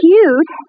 Cute